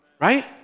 Right